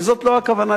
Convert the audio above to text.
וזאת לא הכוונה,